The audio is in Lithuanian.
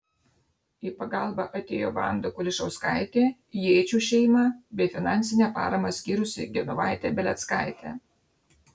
į pagalbą atėjo vanda kulišauskaitė jėčių šeima bei finansinę paramą skyrusi genovaitė beleckaitė